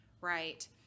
Right